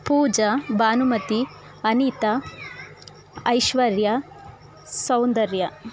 Pooja Bhanumati Anita Aishwarya Soundarya